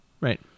Right